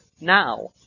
now